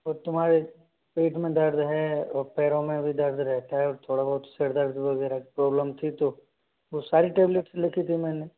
तो तुम्हारे पेट में दर्द है और पैरों में भी दर्द रहता है और थोड़ा बहुत सिर दर्द वगैरह प्रॉब्लम थी तो वो सारी टेबलेट्स लिखी थी मैंने